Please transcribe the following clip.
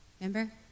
Remember